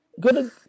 good